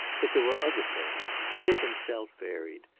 but there were other things. dick himself varied.